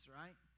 right